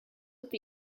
with